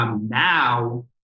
Now